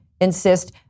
insist